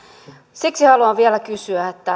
siksi haluan vielä kysyä